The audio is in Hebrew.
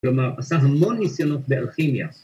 ‫כלומר, עשה המון ניסיונות באלכימיה.